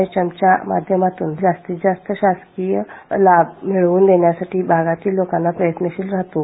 एचच्या माध्यमातून जास्तीत जास्त शासकीय लाभ मिळवून देण्यासाठी गावातील लोकांना प्रयत्नशील राहतो